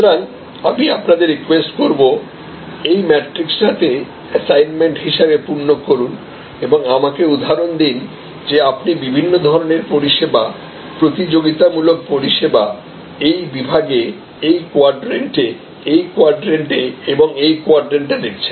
সুতরাং আমি আপনাদের রিকোয়েস্ট করব এই ম্যাট্রিক্স টাকে অ্যাসাইনমেন্ট হিসাবে পূর্ণ করুন এবং আমাকে উদাহরণ দিন যে আপনি বিভিন্ন ধরণের পরিষেবা প্রতিযোগিতামূলক পরিষেবা এই বিভাগে এই কোয়াড্রেন্টে এই কোয়াড্রেন্টে এবং এই কোয়াড্রেন্টে দেখছেন